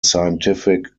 scientific